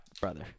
brother